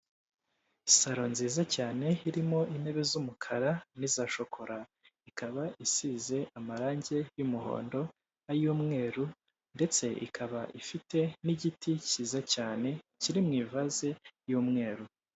Salo nziza cyane irimo intebe z'umukara n'iza shokora, ikaba isize amarangi y'umuhondo, ay'umweru ndetse ikaba ifite n'igiti cyiza cyane kiri mu ivaze y'umweru.